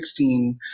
2016